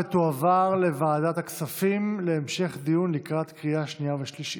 ותועבר לוועדת הכספים להמשך דיון לקראת קריאה שנייה ושלישית.